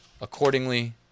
accordingly